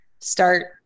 start